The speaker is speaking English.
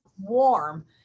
warm